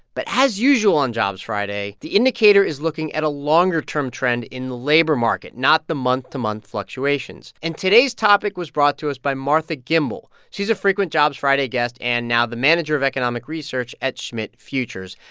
but as usual on jobs friday, the indicator is looking at a longer term trend in the labor market, not the month-to-month fluctuations and today's topic was brought to us by martha gimbel. she's a frequent jobs friday guest and now the manager of economic research at schmidt futures.